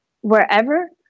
wherever